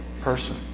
person